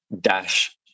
dash